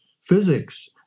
physics